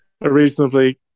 reasonably